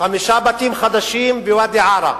חמישה בתים חדשים בוואדי-עארה,